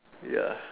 ya